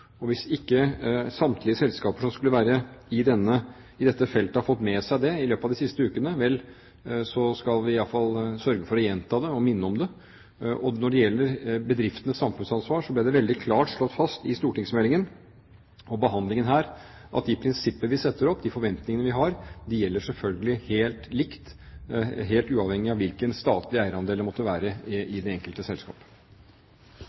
Hvis ikke samtlige selskaper som skulle være i dette feltet, har fått med seg det i løpet av de siste ukene, vel så skal vi i hvert fall sørge for å gjenta det og minne om det. Når det gjelder bedriftenes samfunnsansvar, ble det veldig klart slått fast i stortingsmeldingen og behandlingen her at de prinsipper vi setter opp, de forventningene vi har, selvfølgelig gjelder helt likt, helt uavhengig av hvilken statlig eierandel det måtte være